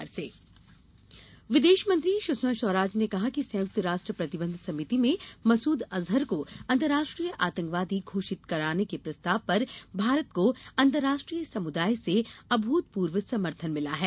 विदेश मंत्री मसूद विदेश मंत्री सुषमा स्वराज ने कहा है कि संयुक्त राष्ट्र प्रतिबंध समिति में मसूद अजहर को अंतर्राष्ट्रीय आतंकवादी घोषित कराने के प्रस्ताव पर भारत को अंतर्राष्ट्रीय समुदाय से अभूतपूर्व समर्थन मिला है